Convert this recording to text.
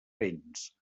béns